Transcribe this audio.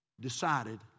decided